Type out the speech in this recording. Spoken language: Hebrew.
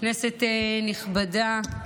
כנסת נכבדה,